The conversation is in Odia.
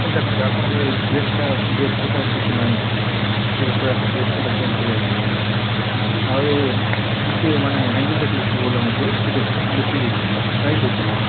ଦେଖନ୍ତୁ ଆପଣଙ୍କ ଏଇ ବ୍ରେକ୍ଟା ବ୍ରେକ୍ ସୁଟା କିଛି ନାଇଁ ଆଉ ପୁରା ବ୍ରେକ୍ ସୁଟା ଚେଞ୍ଜ କରିବାକୁ ପଡ଼ିବ ଆଉ ଏ ଟିକିଏ ମାନେ ହେଣ୍ଡେଲ୍ଟା ଟିକିଏ ପ୍ରୋବ୍ଲେମ୍ ଅଛି ଟିକିଏ ବେଶୀ ଟାଇଟ୍ ହେଉଥିବ